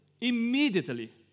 immediately